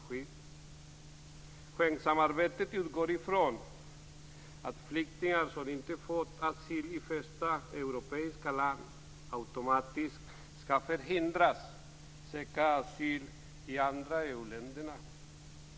Schengensamarbetet går ut på att flyktingar som inte fått asyl i första europeiska land automatiskt skall förhindras att söka asyl i andra EU-länder.